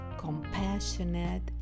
compassionate